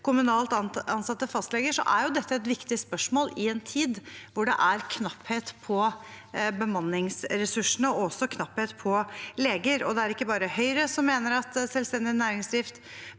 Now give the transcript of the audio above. kommunalt ansatte fastleger, er dette et viktig spørsmål i en tid da det er knapphet på bemanningsressursene og på leger. Det er ikke bare Høyre som mener at selvstendig næringsdrift